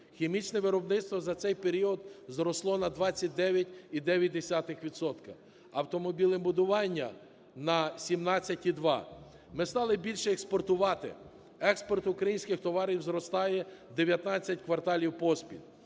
Хімічне виробництво за цей період зросло на 29,9 відсотка. Автомобілебудування - на 17,2. Ми стали більше експортувати. Експорт українських товарів зростає дев'ятнадцять кварталів поспіль.